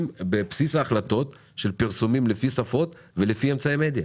בבסיס ההחלטות של פרסומים לפי שפות ולפי אמצעי מדיה.